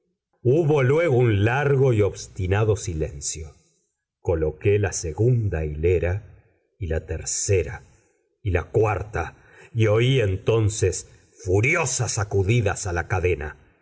hubo luego un largo y obstinado silencio coloqué la segunda hilera y la tercera y la cuarta y oí entonces furiosas sacudidas a la cadena